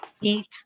eat